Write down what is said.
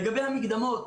לגבי המקדמות